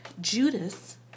Judas